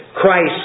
Christ